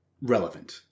relevant